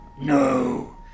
No